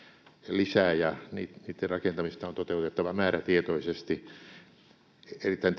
lisää ja niitten rakentamista on toteutettava määrätietoisesti erittäin